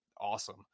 awesome